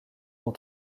ont